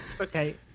okay